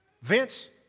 Vince